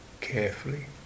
carefully